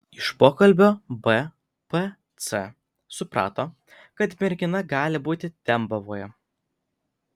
iš pokalbio bpc suprato kad mergina gali būti dembavoje